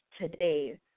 today